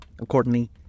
Accordingly